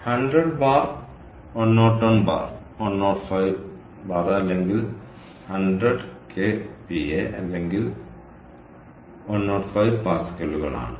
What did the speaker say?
100 bar 101 bar 105 അല്ലെങ്കിൽ 100 k Pa അല്ലെങ്കിൽ 105 പാസ്കലുകൾ ആണ്